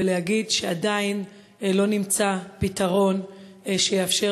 ולהגיד שעדיין לא נמצא פתרון שיאפשר